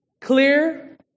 clear